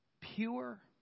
pure